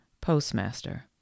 Postmaster